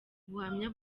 ubuhamya